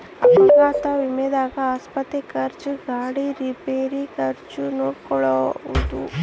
ಅಪಘಾತ ವಿಮೆದಾಗ ಆಸ್ಪತ್ರೆ ಖರ್ಚು ಗಾಡಿ ರಿಪೇರಿ ಖರ್ಚು ನೋಡ್ಕೊಳೊದು